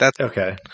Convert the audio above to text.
Okay